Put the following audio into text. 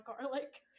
garlic